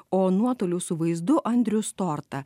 o nuotoliu su vaizdu andrius storta